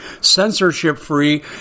censorship-free